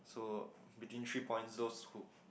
so between three points those who